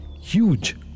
huge